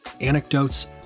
anecdotes